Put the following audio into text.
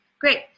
great